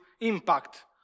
impact